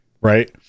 Right